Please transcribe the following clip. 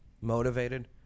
motivated